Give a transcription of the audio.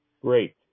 Great